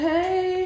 Hey